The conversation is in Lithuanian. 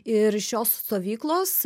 ir šios stovyklos